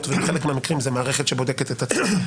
ובחלק מהמקרים זה מערכת שבודקת את עצמה.